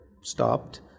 stopped